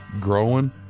growing